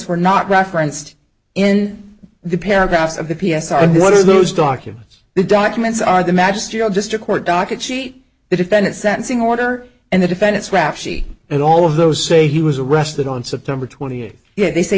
were not referenced in the paragraphs of the p s r and what are those documents the documents are the magisterial just a court docket sheet the defendant sentencing order and the defendant's rap sheet and all of those say he was arrested on september twenty eighth yet they say